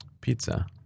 pizza